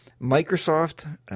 Microsoft